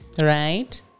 right